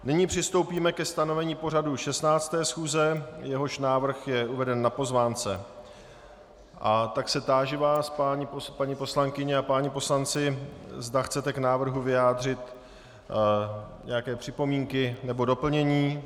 Nyní přistoupíme ke stanovení pořadu 16. schůze, jehož návrh je uveden na pozvánce, a tak se táži vás, paní poslankyně a páni poslanci, zda chcete k návrhu vyjádřit nějaké připomínky nebo doplnění.